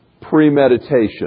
premeditation